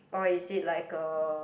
or is it like a